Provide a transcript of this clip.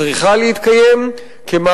שצריכים להצטמצם ולרזות,